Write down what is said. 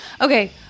Okay